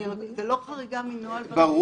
זו לא חריגה מנוהל בנקאי תקין,